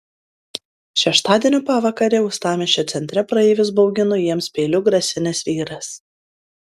šeštadienio pavakarę uostamiesčio centre praeivius baugino jiems peiliu grasinęs vyras